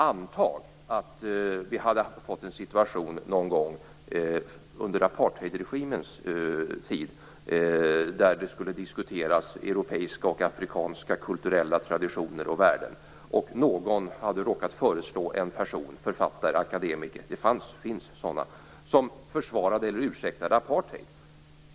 Antag att det hade uppstått en situation under apartheidregimens tid där man skulle diskutera europeiska och afrikanska kulturella traditioner och värden och någon hade föreslagit en person - författare eller akademiker - som försvarade eller ursäktade apartheid.